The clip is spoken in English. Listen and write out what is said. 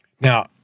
now